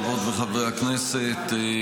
חברות וחברי הכנסת,